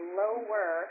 lower